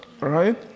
Right